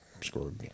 scored